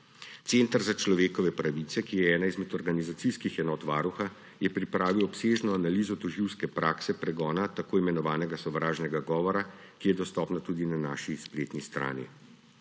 Center za človekove pravice, ki je ena izmed organizacijskih enot Varuha, je pripravil obsežno analizo tožilske prakse pregona tako imenovanega sovražnega govora, ki je dostopna tudi na naši spletni strani.